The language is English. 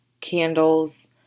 candles